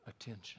attention